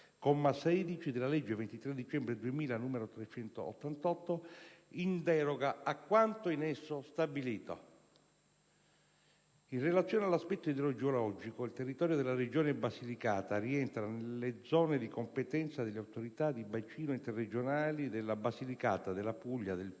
comma 16, della legge 23 dicembre 2000, n. 388, in deroga a quanto in esso stabilito. In relazione all'aspetto idrogeologico il territorio della Regione Basilicata rientra nelle zone di competenza delle Autorità di bacino interregionali della Basilicata, della Puglia, del